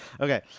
Okay